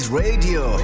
radio